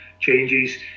changes